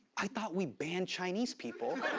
i thought we banned chinese people.